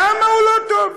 למה הוא לא טוב?